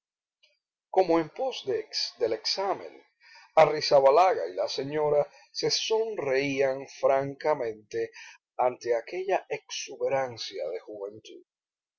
como en pos del examen arrizabalaga y la señora se sonrieran francamente ante aquella exuberancia de juventud